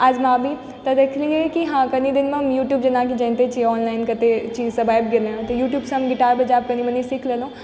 आजमाबी तऽ देखलियैक हँ कनि दिनमे यूट्यूब जेनाकि जानिते छी ऑनलाइन कतेक चीज सब आबि गेलै हँ तऽ यूट्यूबसँ हम गिटार बजयब कनि मनि सीख लेलहुँ